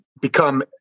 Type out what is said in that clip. become